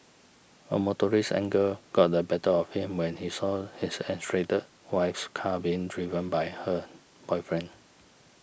a motorist's anger got the better of him when he saw his estranged wife's car being driven by her boyfriend